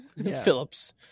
Phillips